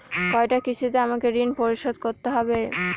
কয়টা কিস্তিতে আমাকে ঋণ পরিশোধ করতে হবে?